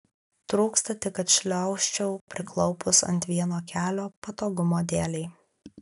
trūksta tik kad šliaužčiau priklaupus ant vieno kelio patogumo dėlei